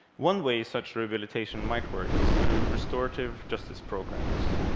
one way such rehabilitation might work is through restorative justice programs.